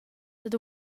dad